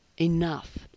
enough